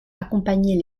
accompagner